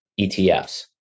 ETFs